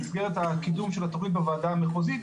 במסגרת הקידום של התכנית בוועדה המחוזית,